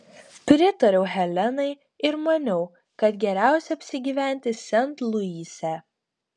pritariau helenai ir maniau kad geriausia apsigyventi sent luise